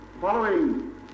following